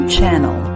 Channel